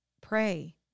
pray